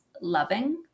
loving